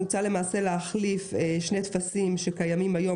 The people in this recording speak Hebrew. מוצע להחליף שני טפסים שקיימים היום